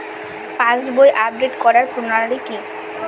পাসবই update করার প্রণালী কি?